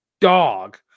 dog